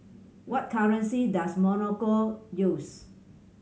what currency does Morocco use